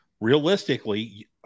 realistically